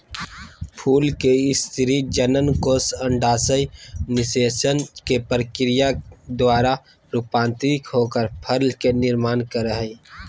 फूल के स्त्री जननकोष अंडाशय निषेचन के प्रक्रिया द्वारा रूपांतरित होकर फल के निर्माण कर हई